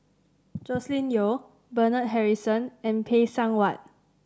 Joscelin Yeo Bernard Harrison and Phay Seng Whatt